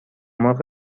مرغ